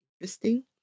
interesting